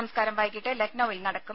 സംസ്കാരം വൈകിട്ട് ലക്നൌവിൽ നടക്കും